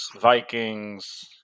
Vikings